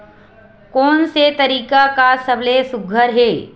कोन से तरीका का सबले सुघ्घर हे?